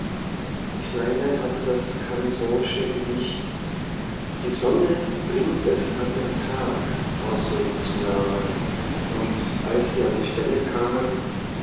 die kleine hatte das chamissosche gedicht die sonne bringt es an den tag auswendig zu lernen und als sie an die stelle kamen